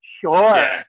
Sure